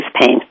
pain